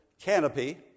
canopy